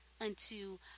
unto